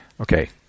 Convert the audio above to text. okay